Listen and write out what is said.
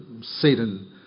Satan